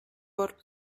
work